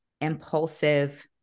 impulsive